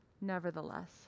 nevertheless